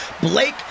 Blake